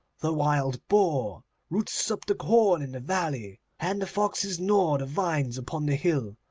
the wild boar roots up the corn in the valley, and the foxes gnaw the vines upon the hill.